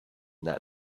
that